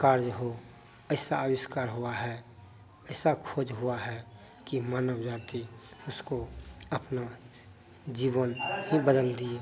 कार्य हो ऐसा अविष्कार हुआ है ऐसा खोज हुआ है कि मानव जाती उसको अपना जीवन ही बदल दिया